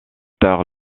tard